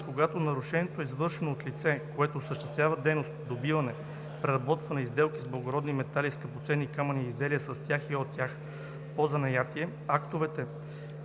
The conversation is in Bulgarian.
когато нарушението е извършено от лице, което осъществява дейност по добиване, преработване и сделки с благородни метали и скъпоценни камъни и изделия с тях и от тях по занятие, актовете